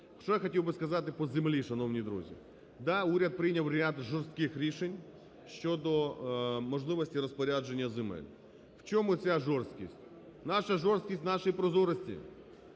Що я хотів би сказати по землі, шановні друзі. Да, уряд прийняв ряд жорстких рішень щодо можливості розпорядження земель. В чому ця жорсткість? Наша жорсткість в нашій прозорості.